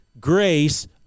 grace